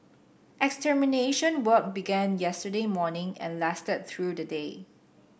extermination work began yesterday morning and lasted through the day